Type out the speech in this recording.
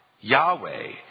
Yahweh